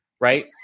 Right